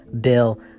bill